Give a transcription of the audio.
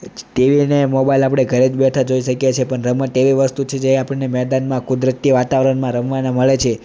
TV અને mobile આપણે ઘરે જ બેઠા જોઈ શકીએ છીએ પણ રમત એવી વસ્તુ છે જે આપણને મેદાનમાં કુદરતી વાતાવરણમાં રમવાને મળે છે